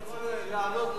אני יכול לענות למסתייגים?